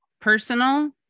personal